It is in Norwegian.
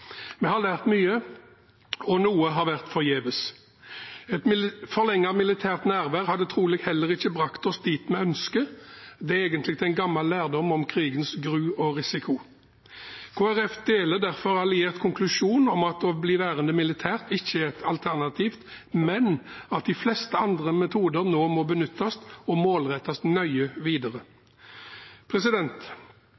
Vi har lært mye, og noe har vært forgjeves. Et forlenget militært nærvær hadde trolig heller ikke brakt oss dit vi ønsker, det er egentlig en gammel lærdom om krigens gru og risiko. Kristelig Folkeparti deler derfor alliert konklusjon om at å bli værende militært ikke er et alternativ, men at de fleste andre metoder nå må benyttes og målrettes nøye videre.